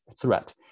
threat